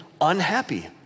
unhappy